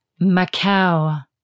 Macau